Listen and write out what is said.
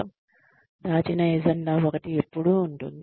దాచిన ఎజెండా ఒకటి ఎప్పుడూ ఉంటుంది